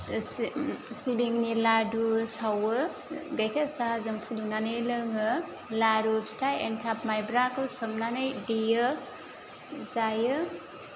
से सिबिंनि लादु सावो गायखेर साहाजों फुदुंनानै लोङो लारु फिथा एनथाब मायब्राखौ सोमनानै देयो जायो